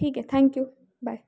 ठीक आहे thank you bye